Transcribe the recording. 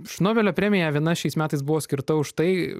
šnobelio premija viena šiais metais buvo skirta už tai